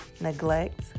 neglect